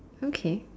okay